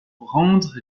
rendre